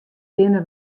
binne